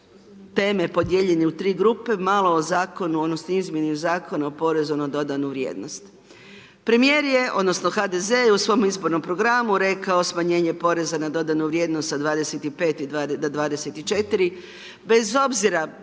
teme podijeljene u tri grupe, malo o zakonu odnosno o izmjeni Zakona o porezu na dodanu vrijednost. Premijer je, odnosno HDZ u svom izbornom programu rekao smanjenje poreza na dodanu vrijednost sa 25 na 24, bez obzira